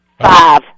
Five